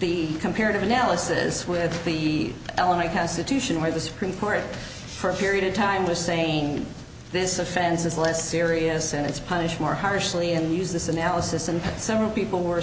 the comparative analysis with the elena constitution where the supreme court for a period of time was saying this offense is less serious and it's punish more harshly and use this analysis and several people were